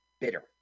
bitter